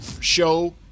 show